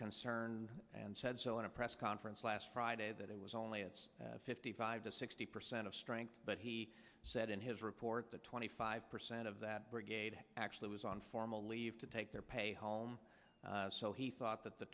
turned and said so in a press conference last friday that it was only it's fifty five to sixty percent of strength but he said in his report that twenty five percent of that brigade actually was on formal leave to take their pay home so he thought that the